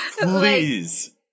please